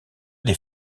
des